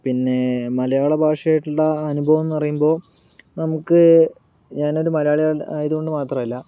പിന്നെ മലയാള ഭാഷയായിട്ടുള്ള അനുഭവം എന്നു പറയുമ്പോൾ നമുക്ക് ഞാനൊരു മലയാളി ആയതു ആയതുകൊണ്ടു മാത്രമല്ല